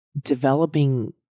developing